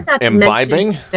imbibing